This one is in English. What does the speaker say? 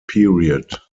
period